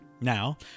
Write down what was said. Now